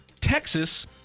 Texas